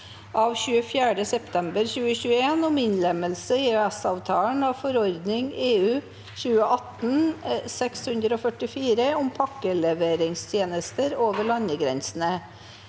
av 24. september 2021 om innlemmelse i EØS-avtalen av forordning (EU) 2018/644 om pakkeleveringstjenester over landegrensene